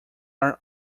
are